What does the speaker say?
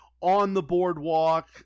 on-the-boardwalk